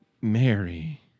Mary